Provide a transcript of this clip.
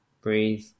breathe